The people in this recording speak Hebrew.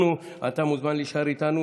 אתה מוזמן להישאר איתנו